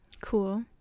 Cool